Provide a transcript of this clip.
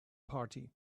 party